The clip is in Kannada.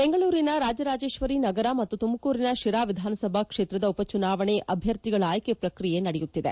ಬೆಂಗಳೂರಿನ ರಾಜರಾಜೇಶ್ವರಿ ನಗರ ಮತ್ತು ಪುಮಕೂರಿನ ಶಿರಾ ವಿಧಾನಸಭಾ ಕ್ಷೇತ್ರದ ಉಪಚುನಾವಣೆ ಅಭ್ಯರ್ಥಿಗಳ ಆಯ್ಕೆ ಪ್ರಕ್ರಿಯೆ ನಡೆಯುತ್ತಿದೆ